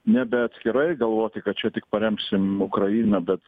nebe atskirai galvoti kad čia tik paremsim ukrainą bet